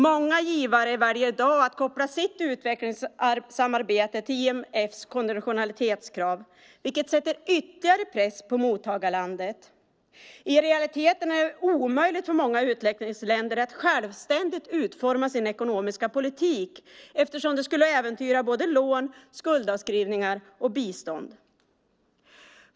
Många givare har varje dag att koppla sitt utvecklingsarbete till IMF:s konditionalitetskrav, vilket sätter ytterligare press på mottagarlandet. I realiteten är det omöjligt för många utvecklingsländer att självständigt utforma sin ekonomiska politik eftersom det skulle äventyra såväl lån och skuldavskrivningar som bistånd.